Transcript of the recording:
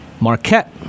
Marquette